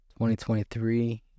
2023